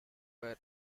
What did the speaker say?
were